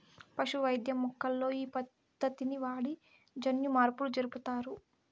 పశు వైద్యం మొక్కల్లో ఈ పద్దతిని వాడి జన్యుమార్పులు జరుపుతారు